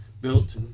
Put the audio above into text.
built